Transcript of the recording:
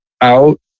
out